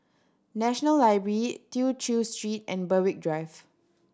National Library Tew Chew Street and Berwick Drive